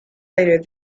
later